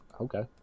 okay